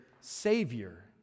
Savior